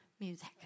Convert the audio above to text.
music